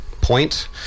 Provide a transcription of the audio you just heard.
point